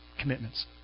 commitments